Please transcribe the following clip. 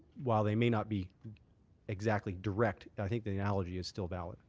while they may not be exactly direct, i think the analogy is still valid.